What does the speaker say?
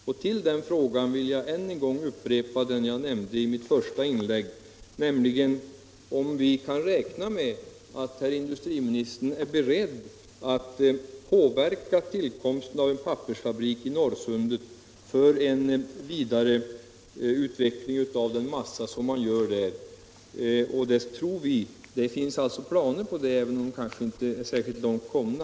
Därutöver vill jag än en gång upprepa den fråga jag ställde i mitt första inlägg, nämligen om vi kan räkna med att herr industriministern är beredd att påverka tillkomsten av en pappersfabrik i Norrsundet för vidareutveckling av den massa man tillverkar där. Det finns planer på detta även om de inte är särskilt långt komna.